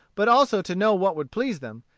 but also to know what would please them,